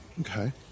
Okay